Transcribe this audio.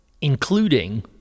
including